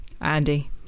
andy